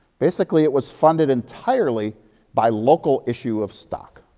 basically, it was funded entirely by local issue of stock.